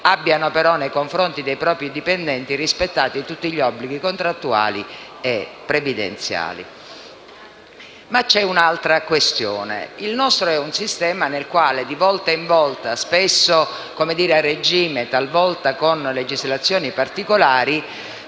abbiano però nei confronti dei propri dipendenti rispettati tutti gli obblighi contrattuali e previdenziali. Ma c'è un'altra questione. Il nostro è un sistema nel quale, di volta in volta, spesso a regime e talvolta con legislazioni particolari,